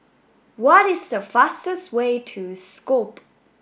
what is the fastest way to Skopje